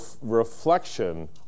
reflection